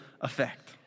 effect